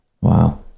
Wow